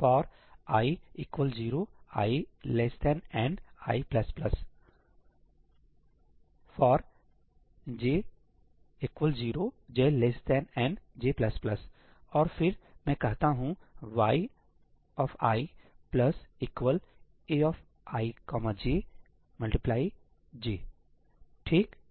'fori 0 i n i' 'forj 0 j n j' और फिर मैं कहता हूं 'yi Aijj' ठीक है